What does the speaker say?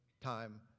time